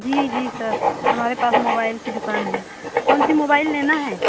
जी जी सर हमारे पास मोबाइल की दुकान है कौनसा मोबाइल लेना है